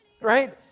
right